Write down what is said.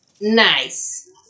Nice